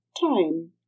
time